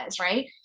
right